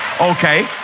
Okay